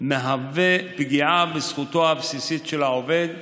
מהווה פגיעה בזכותו הבסיסית של העובד,